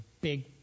big